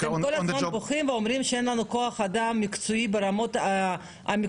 אתם כל הזמן בוכים ואומרים שאין לכם כוח אדם מקצועי ברמות המקצועות,